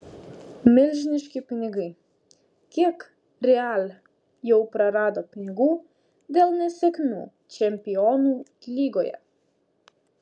milžiniški pinigai kiek real jau prarado pinigų dėl nesėkmių čempionų lygoje